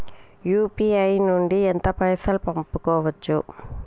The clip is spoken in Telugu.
యూ.పీ.ఐ నుండి ఎంత పైసల్ పంపుకోవచ్చు?